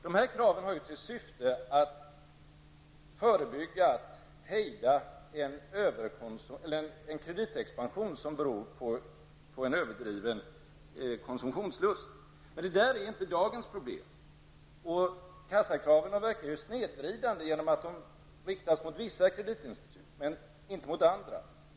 De kraven har ju till syfte att förebygga en kreditexpansion som beror på överdriven konsumtionslust, men det är inte dagens problem. Kassakraven verkar också snedvridande genom att de riktas mot vissa kreditinstitut men inte mot andra.